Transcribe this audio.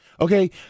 Okay